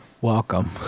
Welcome